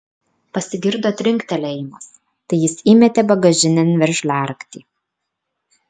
pasigirdo trinktelėjimas tai jis įmetė bagažinėn veržliaraktį